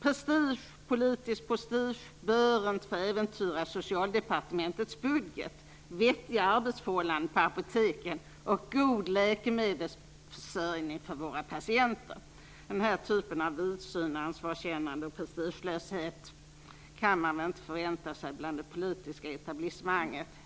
rätt och slätt. Politisk prestige bör inte få äventyra Socialdepartementets budget, vettiga arbetsförhållanden på apoteken och god läkemedelsförsörjning för våra patienter. Denna typ av vidsyn, ansvarskännande och prestigelöshet kan man inte förvänta sig i det politiska etablissemanget.